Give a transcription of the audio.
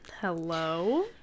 Hello